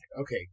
Okay